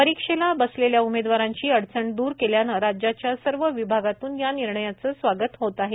परीक्षेला बसलेल्या उमेदवारांची अडचण द्र केल्याने राज्याच्या सर्व विभागातून या निर्णयाचे स्वागत होत आहे